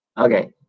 Okay